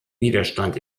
widerstand